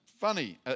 funny